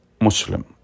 Muslim